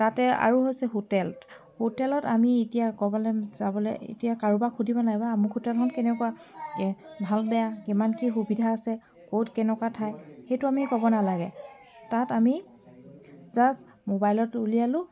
তাতে আৰু হৈছে হোটেল হোটেলত আমি এতিয়া ক'ৰবালৈ যাবলৈ এতিয়া কাৰোবাক সুধিব নেলাগে বা আমুক হোটেলখন কেনেকুৱা ভাল বেয়া কিমান কি সুবিধা আছে ক'ত কেনেকুৱা ঠাই সেইটো আমি ক'ব নেলাগে তাত আমি জাষ্ট মোবাইলত উলিয়ালোঁ